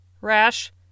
rash